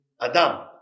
Adam